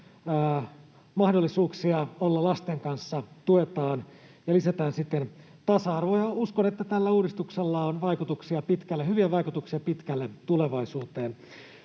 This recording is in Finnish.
mahdollisuuksia olla lasten kanssa tuetaan ja lisätään siten tasa-arvoa. Uskon, että tällä uudistuksella on hyviä vaikutuksia pitkälle tulevaisuuteen.